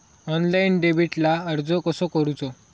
Online डेबिटला अर्ज कसो करूचो?